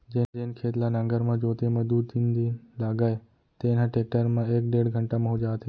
जेन खेत ल नांगर म जोते म दू दिन लागय तेन ह टेक्टर म एक डेढ़ घंटा म हो जात हे